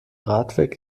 radweg